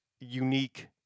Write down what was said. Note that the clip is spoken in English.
unique